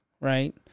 right